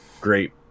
great